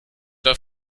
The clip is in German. war